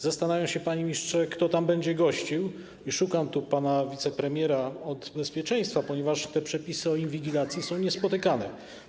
Zastanawiam się, panie ministrze, kto tam będzie gościł, i szukam tu pana wicepremiera od bezpieczeństwa, ponieważ te przepisy o inwigilacji są niespotykane.